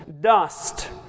dust